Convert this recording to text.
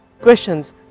questions